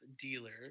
Dealer